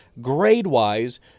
grade-wise